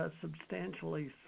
substantially